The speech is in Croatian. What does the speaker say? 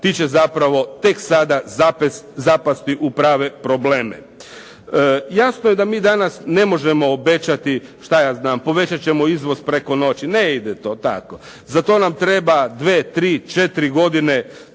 ti će zapravo tek sada zapasti u prave probleme. Jasno je da mi danas ne možemo obećati, šta ja znam povećati ćemo izvoz preko noći. Ne ide to tako. Za to nam treba dvije, tri, četiri godine,